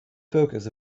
focus